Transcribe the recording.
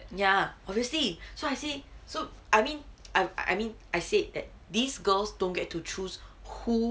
ya obviously so I say so I mean I I mean I said that these girls don't get to choose who